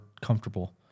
comfortable